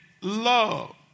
love